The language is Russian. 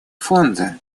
фонда